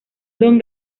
don